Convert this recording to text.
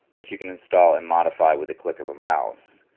that you can install and modify with the click of a mouse.